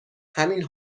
همین